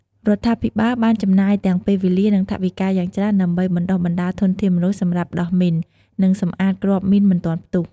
រដ្ឋាភិបាលបានចំណាយទាំងពេលវេលា និង ថវិកាយ៉ាងច្រើន ដើម្បីបណ្តុះបណ្តាលធនធានមនុស្សសម្រាប់ដោះមីន និងសម្អាតគ្រាប់មីនមិនទាន់ផ្ទះ។